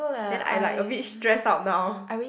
then I like a bit stress out now